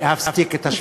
להפסיק את השביתה.